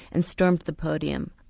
and stormed the podium.